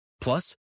plus